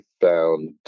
found